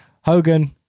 Hogan